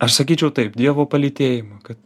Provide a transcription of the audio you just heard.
aš sakyčiau taip dievo palytėjimą kad